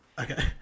Okay